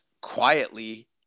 quietly